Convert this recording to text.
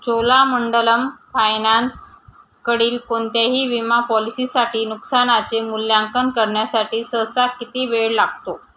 चोलामंडलम फायनान्सकडील कोणत्याही विमा पॉलिसीसाठी नुकसानाचे मूल्यांकन करण्यासाठी सहसा किती वेळ लागतो